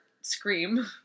scream